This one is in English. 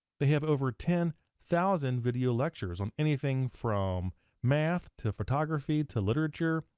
they have over ten thousand video lectures on anything from math, to photography, to literature,